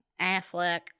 Affleck